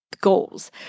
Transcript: goals